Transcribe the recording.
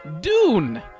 Dune